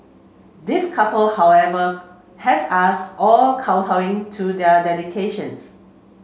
this couple however has us all kowtowing to their dedications